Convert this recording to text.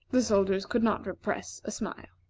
the soldiers could not repress a smile.